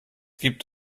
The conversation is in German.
gibt